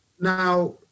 Now